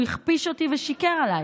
הוא הכפיש אותי ושיקר עליי.